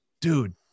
dude